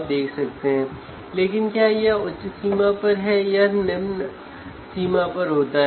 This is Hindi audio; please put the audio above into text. ये अंतर क्यों है